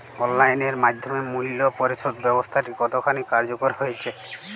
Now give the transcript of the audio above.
Online এর মাধ্যমে মূল্য পরিশোধ ব্যাবস্থাটি কতখানি কার্যকর হয়েচে?